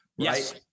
Yes